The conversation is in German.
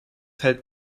hält